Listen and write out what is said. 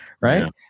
right